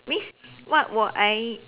means what will I